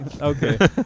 Okay